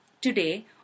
Today